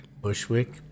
Bushwick